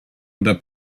oder